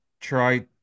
try